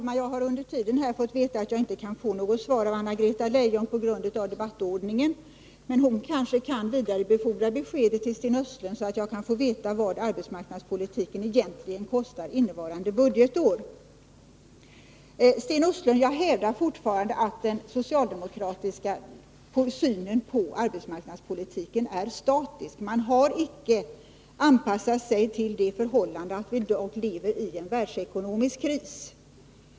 Herr talman! Jag har nu fått veta att jag på grund av debattordningen inte kan få något svar av Anna-Greta Leijon, men hon kan kanske vidarebefordra beskedet till Sten Östlund, så att jag kan få veta vad arbetsmarknadspolitiken egentligen kostar innevarande budgetår. Jag hävdar fortfarande, Sten Östlund, att den socialdemokratiska synen på arbetsmarknadspolitiken är statisk. Man har inte anpassat sig till det förhållandet att vi i dag lever i en världsekonomisk kris.